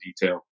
detail